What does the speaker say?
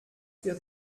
wird